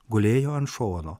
gulėjo ant šono